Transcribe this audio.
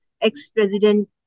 ex-president